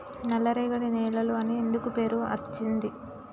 నల్లరేగడి నేలలు అని ఎందుకు పేరు అచ్చింది?